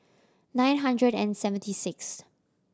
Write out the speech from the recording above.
nine hundred and seventy sixth